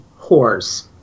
whores